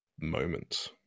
moments